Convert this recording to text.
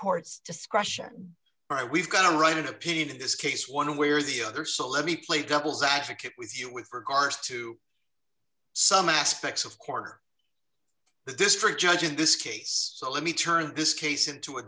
court's discretion we've got a right opinion in this case one way or the other so let me play devil's advocate with you with regards to some aspects of corner the district judge in this case so let me turn this case into a